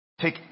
Take